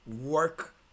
work